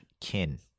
Kin